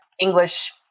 English